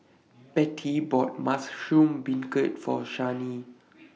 Betty bought Mushroom Beancurd For Shani